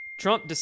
Trump